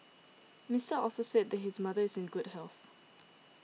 Mister Also said his mother is in good health